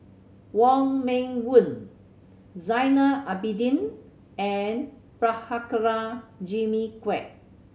Wong Meng Voon Zainal Abidin and Prabhakara Jimmy Quek